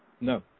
No